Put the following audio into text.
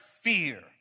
fear